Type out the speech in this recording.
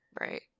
right